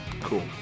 Cool